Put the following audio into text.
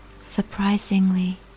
Surprisingly